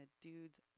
dude's